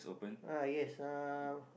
ah yes uh